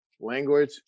Language